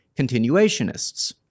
continuationists